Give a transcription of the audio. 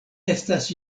estas